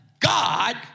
God